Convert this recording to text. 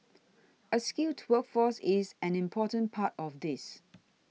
a skilled workforce is an important part of this